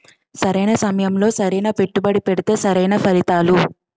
సరైన సమయంలో సరైన పెట్టుబడి పెడితే సరైన ఫలితాలు